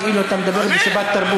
כאילו אתה מדבר בשבתרבות.